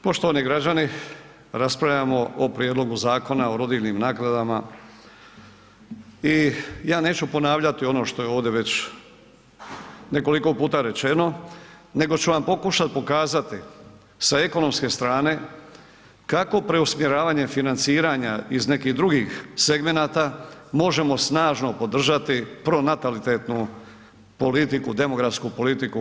Poštovani građani, raspravljamo o prijedlogu Zakona o rodiljnim naknadama i ja neću ponavljati ono što je ovdje već nekoliko puta rečeno, nego ću vam pokušat pokazati sa ekonomske strane kako preusmjeravanjem financiranja iz nekih drugih segmenata možemo snažno podržati pronatalitetnu politiku, demografsku politiku u RH.